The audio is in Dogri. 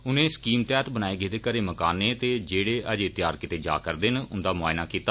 उनें स्कीम तैहत बनाये गेदे घरे मकाने ते जेड़े अजें तैयार कीते जा रदे न उंदा मुआईना कीता